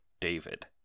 David